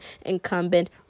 incumbent